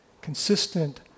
consistent